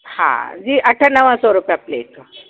हा जी अठ नव सौ रुपया प्लेट